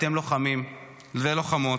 אתם לוחמים ולוחמות,